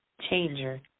changer